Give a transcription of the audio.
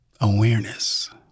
awareness